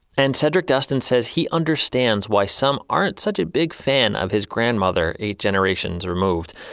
and cedrick duston says he understands why some aren't such a big fan of his grandmother, eighth generations removed.